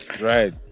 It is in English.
Right